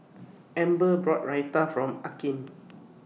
Amber bought Raita from Akeem